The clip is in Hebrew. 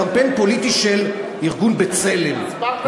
משמש לקמפיין פוליטי של ארגון "בצלם",